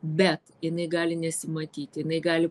bet jinai gali nesimatyti jinai gali